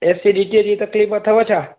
एसीडीटीअ जी तकलीफ़ अथव छा